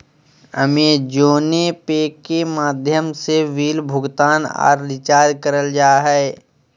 अमेज़ोने pay के माध्यम से बिल भुगतान आर रिचार्ज करल जा हय